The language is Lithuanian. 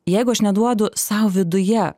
jeigu aš neduodu sau viduje